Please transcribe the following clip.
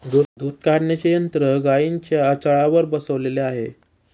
दूध काढण्याचे यंत्र गाईंच्या आचळावर बसवलेले आहे